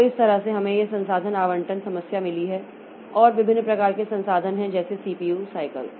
तो इस तरह से हमें यह संसाधन आवंटन समस्या मिली है और विभिन्न प्रकार के संसाधन हैं जैसे सीपीयू साईकल